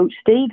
Steve